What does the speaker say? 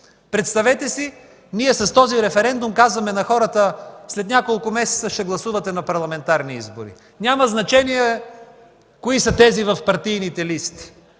Представете си, ние с този референдум казваме на хората: след няколко месеца ще гласувате на парламентарни избори. Няма значение кои са тези в партийните листи,